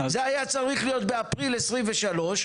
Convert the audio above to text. זה היה צריך להיות באפריל 23',